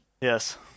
Yes